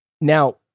Now